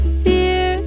fear